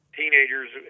teenagers